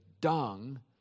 dung